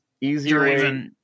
easier